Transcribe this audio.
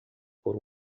por